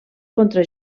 contra